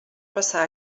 passar